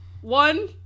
one